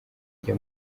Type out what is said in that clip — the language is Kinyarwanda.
ajya